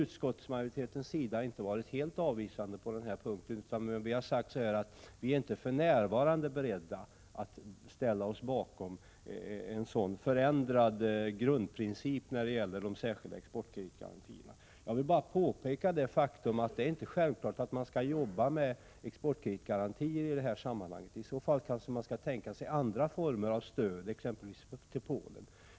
Utskottsmajoriteten har inte varit helt avvisande på den här punkten utan sagt att utskottet för närvarande inte är berett att ställa sig bakom en sådan 163 förändrad grundprincip när det gäller de särskilda exportkreditgarantierna. Det är inte självklart att man skall jobba med exportkreditgarantier i detta sammanhang — man kanske skall tänka sig andra former av stöd, exempelvis till Polen.